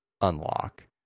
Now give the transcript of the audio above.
unlock